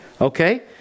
Okay